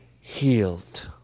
healed